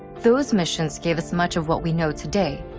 those missions gave us much of what we know today,